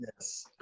Yes